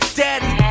daddy